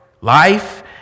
life